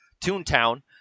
Toontown